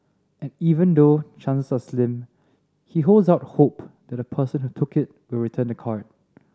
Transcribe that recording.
and even though chances are slim he holds out hope that the person who took it will return the card